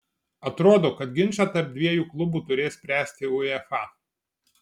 atrodo kad ginčą tarp dviejų klubų turės spręsti uefa